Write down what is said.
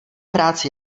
práci